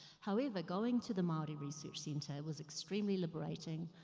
however, going to the maori research center was extremely liberating.